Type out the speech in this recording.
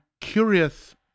curious